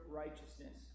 righteousness